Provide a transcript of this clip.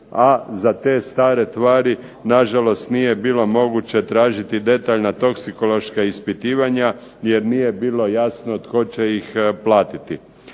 a za te stare tvari nažalost nije bilo moguće tražiti detaljna toksikološka ispitivanja jer nije bilo jasno tko će ih platiti.